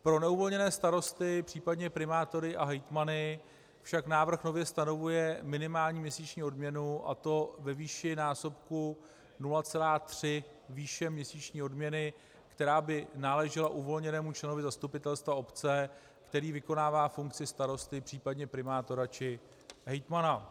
Pro neuvolněné starosty, případně primátory a hejtmany však návrh nově stanovuje minimální měsíční odměnu, a to ve výši násobku 0,3 výše měsíční odměny, která by náležela uvolněnému členovi zastupitelstva obce, který vykonává funkci starosty, případně primátora či hejtmana.